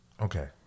Okay